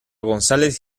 gonzález